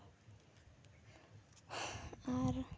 ᱟᱨ